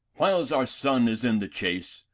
whiles our son is in the chase,